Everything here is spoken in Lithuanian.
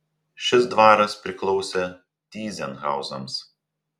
šis dvaras priklausė tyzenhauzams